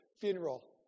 funeral